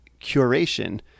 curation